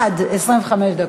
עד 25 דקות.